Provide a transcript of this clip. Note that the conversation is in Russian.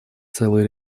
целый